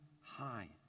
high